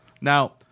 Now